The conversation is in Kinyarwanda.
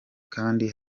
kandi